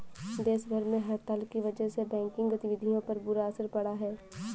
देश भर में हड़ताल की वजह से बैंकिंग गतिविधियों पर बुरा असर पड़ा है